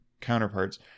counterparts